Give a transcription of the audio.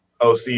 OC